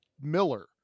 miller